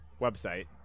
website